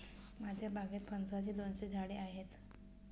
माझ्या बागेत फणसाची दोनशे झाडे आहेत